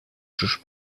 sus